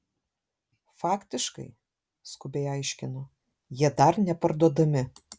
faktiškai skubiai aiškinu jie dar neparduodami